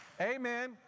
Amen